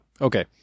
Okay